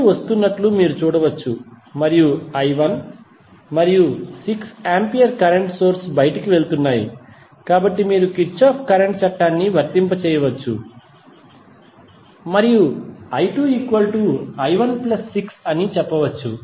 i2 వస్తున్నట్లు మీరు చూడవచ్చు మరియు i1 మరియు 6 ఆంపియర్ కరెంట్ సోర్స్ బయటకు వెళ్తున్నాయి కాబట్టి మీరు కిర్చాఫ్ కరెంట్ చట్టాన్ని వర్తింపజేయవచ్చు మరియుi2i16అని చెప్పవచ్చు